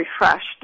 refreshed